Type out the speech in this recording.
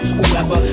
Whoever